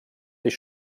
dich